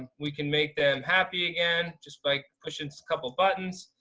ah we can make them happy again, just by pushing some couple buttons.